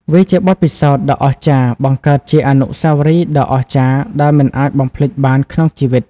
វាជាបទពិសោធន៍ដ៏អស្ចារ្យ បង្កើតជាអនុស្សាវរីយ៍ដ៏អស្ចារ្យដែលមិនអាចបំភ្លេចបានក្នុងជីវិត។